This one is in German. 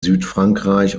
südfrankreich